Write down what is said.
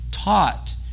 taught